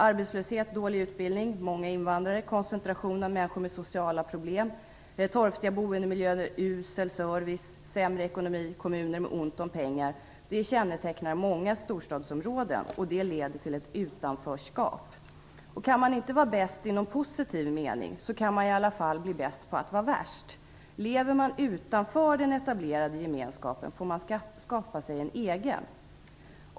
Arbetslöshet, dålig utbildning, många invandrare, koncentration av människor med sociala problem, torftiga boendemiljöer, usel service, sämre ekonomi och kommuner med ont om pengar kännetecknar många storstadsområden. Detta leder till ett utanförskap. Om man inte kan vara bäst i någon positiv mening kan man i alla fall vara bäst på att vara värst. Om man lever utanför den etablerade gemenskapen får man skapa sig en egen.